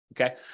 Okay